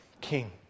King